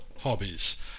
hobbies